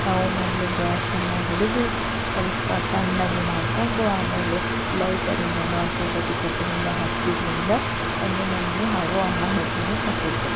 ನಾವು ಮೊದಲೇ ಗ್ಯಾಸನ್ನು ಹಿಡಿದು ಸ್ವಲ್ಪ ಸಣ್ಣಗೆ ಮಾಡಿಕೊಂಡು ಆಮೇಲೆ ಲೈಟರಿಂದಾನೋ ಅಥವಾ ಕಡ್ಡಿಪಟ್ಟಿಯಿಂದ ಹಚ್ಚಿದ್ರಿಂದ ಒಂದು ನಮಗೆ ಆಗುವ ಅನಾಹುತವೂ ತಪ್ಪುತ್ತೆ